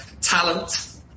talent